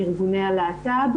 בארגוני הלהט"ב,